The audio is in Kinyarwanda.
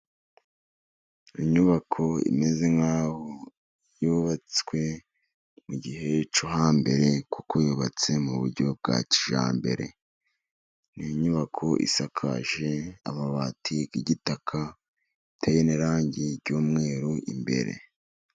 Inyubako imeze nk'aho yubatswe mu gihe cyo hambere kuko yubatse mu buryo bwa kijyambere. Ni inyubako isakaje amabati y'igitaka, iteye n'irangi ry'umweru imbere.